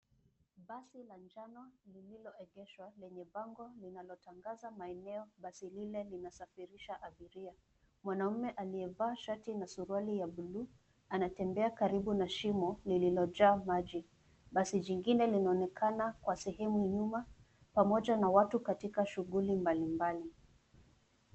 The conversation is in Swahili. Basi la njano lililoegeshwa, lenye bango linalotangaza maeneo basi lile linasafirisha abiria. Mwanaume aliyevaa shati na suruali ya buluu, anatembea karibu na shimo lililojaa maji. Basi jingine linaonekana kwa sehemu nyuma, pamoja na watu katika shughuli mbalimbali.